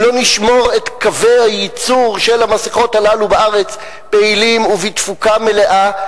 אם לא נשמור את קווי הייצור של המסכות הללו בארץ פעילים ובתפוקה מלאה,